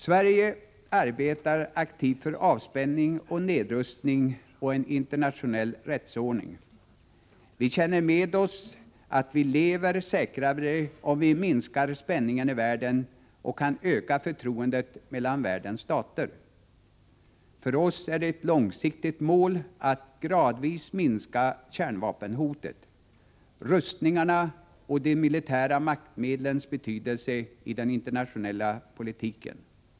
Sverige arbetar aktivt för avspänning, nedrustning och en internationell rättsordning. Vi känner med oss att vi lever säkrare om vi kan minska spänningen i världen och öka förtroendet mellan världens stater. För oss är det ett långsiktigt mål att gradvis minska kärnvapenhotet, rustningarna och de militära maktmedlens betydelse i den internationella politiken.